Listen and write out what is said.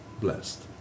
blessed